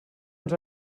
ens